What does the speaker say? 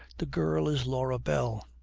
the girl is laura bell.